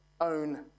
own